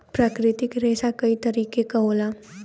प्राकृतिक रेसा कई तरे क होला